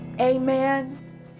Amen